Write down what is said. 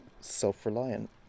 self-reliant